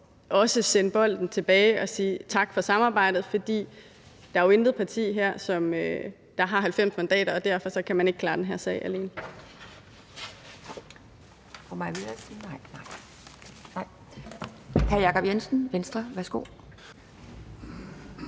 også sende bolden tilbage og sige tak for samarbejdet. For der er jo intet parti her, der har 90 mandater, og derfor kan man ikke klare den her sag alene.